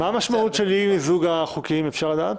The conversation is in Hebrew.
מה המשמעות של אי מיזוג החוקים, אפשר לדעת?